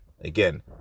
Again